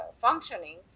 functioning